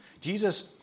Jesus